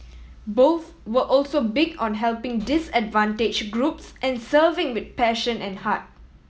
both were also big on helping disadvantaged groups and serving with passion and heart